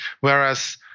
whereas